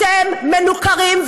אתם מנוכרים,